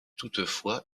toutefois